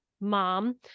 mom